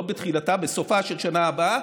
לא בתחילתה אלא בסופה של השנה הבאה,